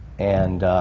and